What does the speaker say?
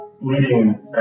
leading